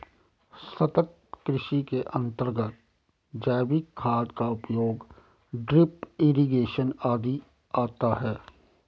सतत् कृषि के अंतर्गत जैविक खाद का उपयोग, ड्रिप इरिगेशन आदि आता है